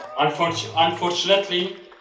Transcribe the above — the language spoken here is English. Unfortunately